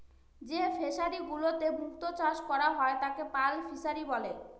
যে ফিশারিগুলোতে মুক্ত চাষ করা হয় তাকে পার্ল ফিসারী বলে